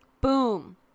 Boom